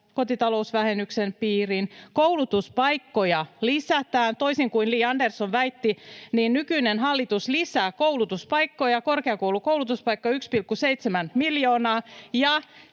kotitalousvähennyksen piiriin. Koulutuspaikkoja lisätään. Toisin kuin Li Andersson väitti, niin nykyinen hallitus lisää koulutuspaikkoja, korkeakoulutuspaikkoja, 1,7 miljoonaa,